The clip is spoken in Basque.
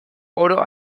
oro